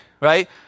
right